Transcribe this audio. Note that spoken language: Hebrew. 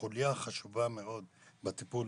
כחוליה חשובה מאוד בטיפול,